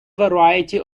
variety